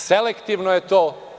Selektivno je to.